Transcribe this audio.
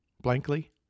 blankly